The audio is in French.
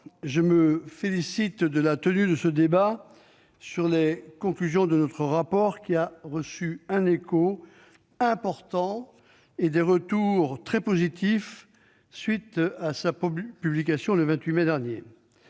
je me félicite de la tenue de ce débat sur les conclusions de notre rapport, qui a reçu un écho important et des retours très positifs à la suite de sa publication, le 28 mai dernier.